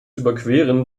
überqueren